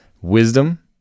wisdom